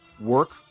work